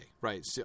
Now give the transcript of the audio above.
right